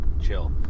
chill